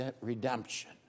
redemption